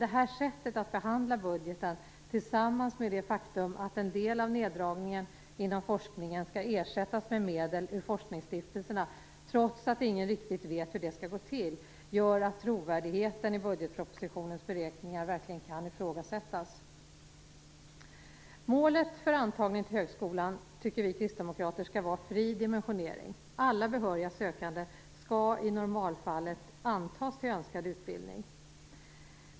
Det här sättet att behandla budgeten, tillsammans med det faktum att en del av neddragningen inom forskningen skall ersättas med medel ur forskningsstiftelserna trots att ingen riktigt vet hur det skall gå till, gör att trovärdigheten i budgetpropositionens beräkningar verkligen kan ifrågasättas. Målet för antagningen till högskolan tycker vi kristdemokrater skall vara fri dimensionering. Alla behöriga sökande skall i normalfallet antas till önskad utbildning.